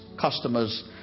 Customers